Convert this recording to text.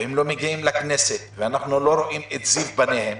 הם לא מגיעים לכנסת ואנחנו לא רואים את זיו פניהם,